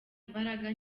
imbaraga